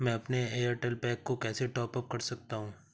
मैं अपने एयरटेल पैक को कैसे टॉप अप कर सकता हूँ?